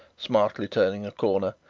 smartly turning a corner,